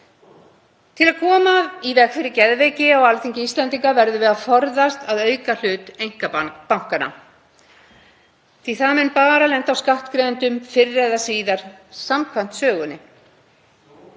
Til að koma í veg fyrir geðveiki á Alþingi Íslendinga verðum við að forðast að auka hlut einkabankanna því að það mun bara lenda á skattgreiðendum fyrr eða síðar samkvæmt sögunni.